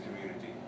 community